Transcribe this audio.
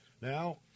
Now